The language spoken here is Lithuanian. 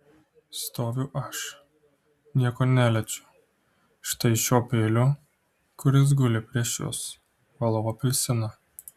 stoviu aš nieko neliečiu štai šiuo peiliu kuris guli prieš jus valau apelsiną